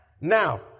Now